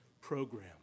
program